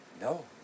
No